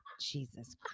Jesus